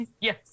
Yes